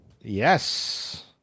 Yes